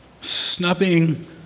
snubbing